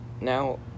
Now